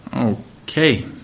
Okay